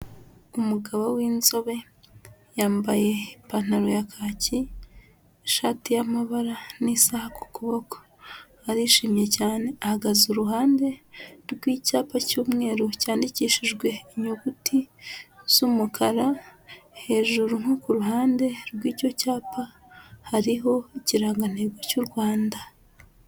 Umugabo w'inzobe, yambaye ipantaro ya kaki, ishati y'amabara, n'isaha ku kuboko, arishimye cyane, ahagaze iruhande rw'icyapa cy'umweru, cyandikishijwe inyuguti z'umukara, hejuru nko ku ruhande rw'icyo cyapa, hariho ikirangantego cy'u Rwanda.